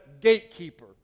gatekeeper